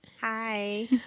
Hi